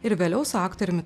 ir vėliau su aktoriumi